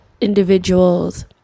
individuals